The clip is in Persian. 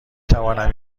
توانم